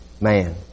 Man